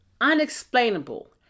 unexplainable